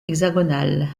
hexagonal